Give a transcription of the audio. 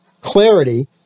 clarity